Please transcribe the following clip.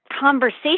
conversation